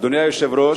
אדוני היושב-ראש,